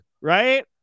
right